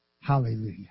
Hallelujah